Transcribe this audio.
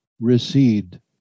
recede